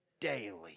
daily